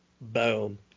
boom